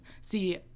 see